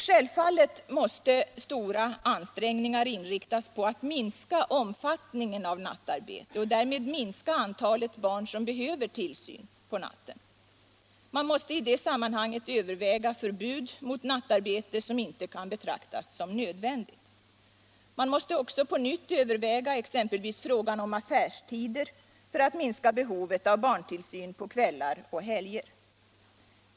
Självfallet måste stora ansträngningar inriktas på att minska omfattningen av nattarbete och därmed minska antalet barn som behöver tillsyn på natten. Man måste i det sammanhanget överväga förbud mot nattarbete som inte kan betraktas som nödvändigt. Man måste också på nytt överväga exempelvis frågan om affärstider för att minska behovet av barntillsyn på kvällar och helger.